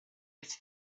his